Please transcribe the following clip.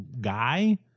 guy